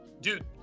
Dude